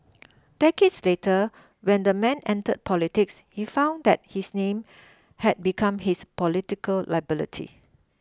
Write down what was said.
decades later when the man entered politics he found that his name had become his political liability